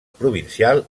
provincial